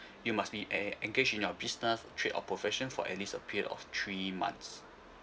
you must be en~ engage in your business trip or profession for at least a period of three months